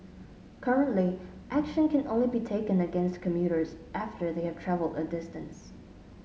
currently action can only be taken against commuters after they have travelled a distance